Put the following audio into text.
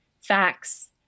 facts